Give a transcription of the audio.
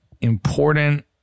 important